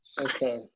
Okay